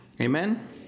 Amen